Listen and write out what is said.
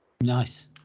Nice